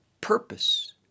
purpose